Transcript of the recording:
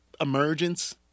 emergence